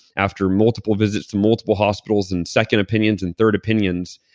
after multiple visits to multiple hospitals and second opinions and third opinions,